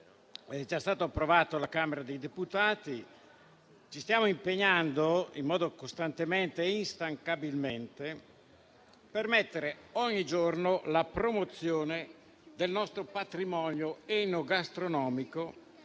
è già stato approvato dalla Camera dei deputati. Ci stiamo impegnando costantemente e instancabilmente per mettere ogni giorno la promozione del nostro patrimonio enogastronomico